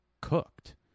cooked